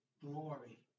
glory